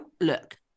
look